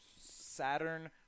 Saturn